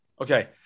Okay